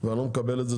ואני לא מקבל את זה.